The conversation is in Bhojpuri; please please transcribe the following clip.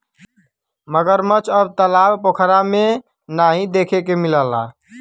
मगरमच्छ अब तालाब पोखरा में नाहीं देखे के मिलला